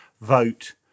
vote